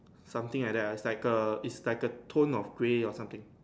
something like that it's like a it's like a tone of grey or something